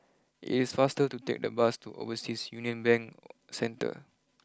it's faster to take the bus to Overseas Union Bank Centre